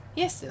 yes